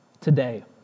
today